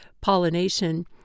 pollination